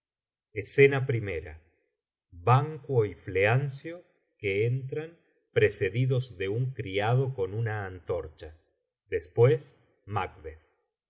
escena primera banquo y fleancio que entran precedidos de un criado con una antorcha después macbeth ban